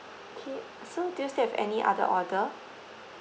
okay so do you still have any other order